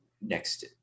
next